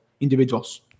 individuals